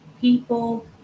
people